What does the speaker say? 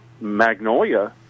Magnolia